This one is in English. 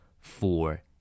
Four